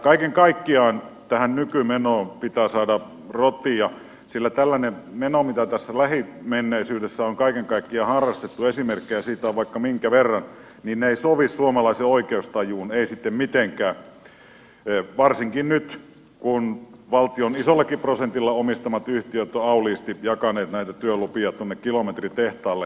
kaiken kaikkiaan tähän nykymenoon pitää saada rotia sillä tällainen meno mitä tässä lähimenneisyydessä on kaiken kaikkiaan harrastettu esimerkkejä siitä on vaikka minkä verran ei sovi suomalaiseen oikeustajuun ei sitten mitenkään varsinkaan nyt kun valtion isollakin prosentilla omistamat yhtiöt ovat auliisti jakaneet työlupia kilometritehtaalle